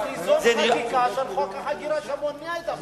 תיזום חקיקה של חוק ההגירה שמונע את הבעיה.